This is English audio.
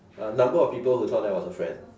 uh number of people who thought I was a friend